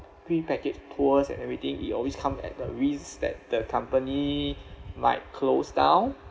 pre packaged tours and everything it always come at the risk that the company might closed down